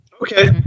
Okay